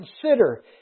Consider